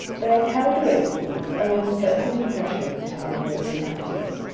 but i carried away with me a most pleasant impression of the town and its inhabitants,